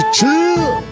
Chill